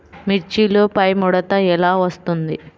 మిర్చిలో పైముడత ఎలా వస్తుంది?